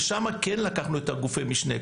ושם כן לקחנו את גופי המשנה.